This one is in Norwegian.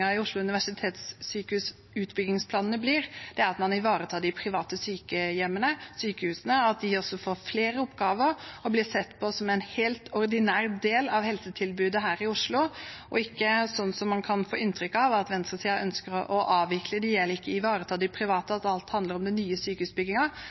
Oslo universitetssykehus og utbyggingsplanene blir, er at man ivaretar de private sykehjemmene og sykehusene, og at de får flere oppgaver og blir sett på som en helt ordinær del av helsetilbudet her i Oslo – ikke, som man kan få inntrykk av at venstresiden ønsker, å avvikle de private eller ikke ivareta